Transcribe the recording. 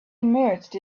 emerged